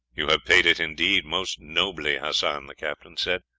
you have paid it indeed most nobly, hassan, the captain said,